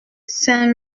saint